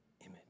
image